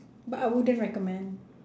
but I wouldn't recommend